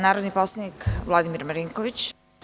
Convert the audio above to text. Narodni poslanik Vladimir Marinković.